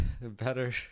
better